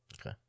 Okay